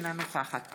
אינה נוכחת